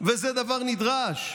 וזה דבר נדרש.